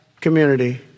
community